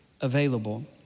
available